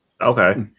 Okay